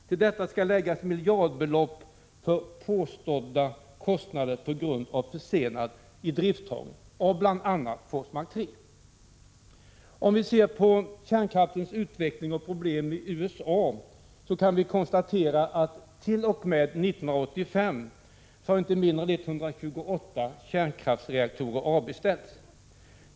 Till detta skall läggas miljardbelopp för påstådda kostnader på grund av försenad idrifttagning av bl.a. Forsmark 5 Om vi ser på kärnkraftens utveckling och problem i USA, kan vi konstatera att t.o.m. år 1985 har inte mindre 128 kärnkraftsreaktorer avbeställts.